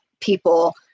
people